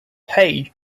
hei